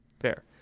Fair